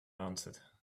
answered